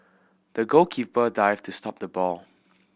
the goalkeeper dived to stop the ball